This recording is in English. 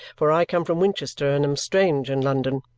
for i come from winchester and am strange in london.